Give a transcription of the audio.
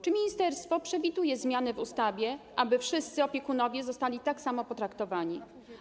Czy ministerstwo przewiduje zmiany w ustawie, aby wszyscy opiekunowie zostali tak samo potraktowani?